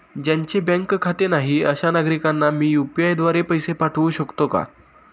ज्यांचे बँकेत खाते नाही अशा नागरीकांना मी यू.पी.आय द्वारे पैसे पाठवू शकतो का?